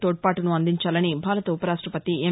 తోడ్పాటును అందించాలని భారత ఉపరాష్టపతి ఎం